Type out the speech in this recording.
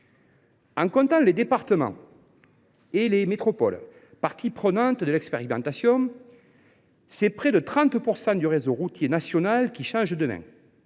l’on compte les départements et les métropoles parties prenantes de l’expérimentation, près de 30 % du réseau routier national ont changé de main